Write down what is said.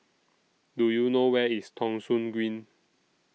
Do YOU know Where IS Thong Soon Green